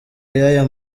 y’aya